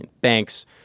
banks